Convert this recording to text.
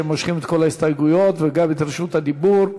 שמושכות את כל ההסתייגויות וגם את רשות הדיבור,